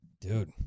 Dude